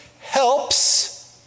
helps